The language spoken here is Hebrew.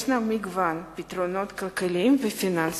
יש מגוון פתרונות כלכליים ופיננסיים.